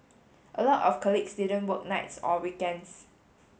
a lot of colleagues didn't work nights or weekends